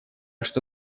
что